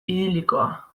idilikoa